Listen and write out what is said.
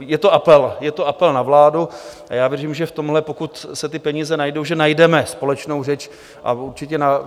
Je to apel, je to apel na vládu a já věřím, že v tomhle, pokud se ty peníze najdou, najdeme společnou řeč a určitě na